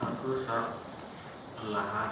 ᱦᱟᱹᱠᱩ ᱥᱟᱵ ᱞᱟᱦᱟ ᱨᱮ